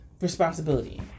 responsibility